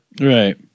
right